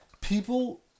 People